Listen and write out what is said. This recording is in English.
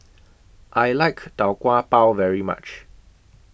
I like Tau Kwa Pau very much